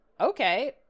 Okay